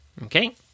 Okay